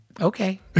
Okay